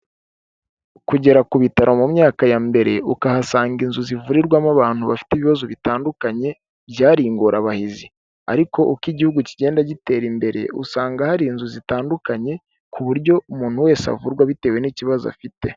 Kugera ku bitaro mu myaka ya mbere ukahasanga inzu zivurirwamo abantu bafite ibibazo bitandukanye byari ingorabahizi, ariko uko igihugu kigenda gitera imbere, usanga hari inzu zitandukanye ku buryo umuntu wese avurwa bitewe n'ikibazo afite.